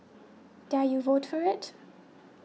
dare you vote for it